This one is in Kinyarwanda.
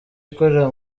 ikorera